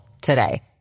today